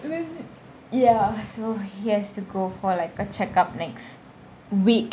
ya so he has to go for like a check up next week